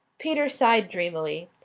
peter sighed dreamily.